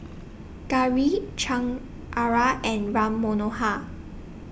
Gauri Chengara and Ram Manohar